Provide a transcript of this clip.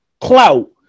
clout